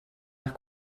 nach